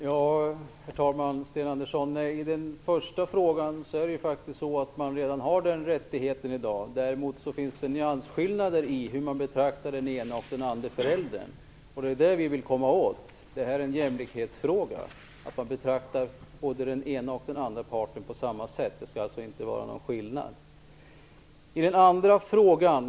Herr talman! När det gäller den första frågan finns den rättigheten redan i dag. Däremot finns det nyansskillnader i hur man betraktar de båda föräldrarna. Det är det vi vill komma åt. Det är en jämlikhetsfråga. Man skall betrakta båda parterna på samma sätt. Det skall alltså inte vara någon skillnad.